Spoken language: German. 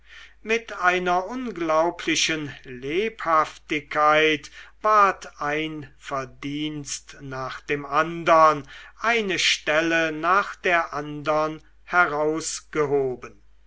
mit einer unglaublichen lebhaftigkeit ward ein verdienst nach dem andern eine stelle nach der andern herausgehoben